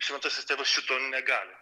šventasis tėvas šito negali